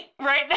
right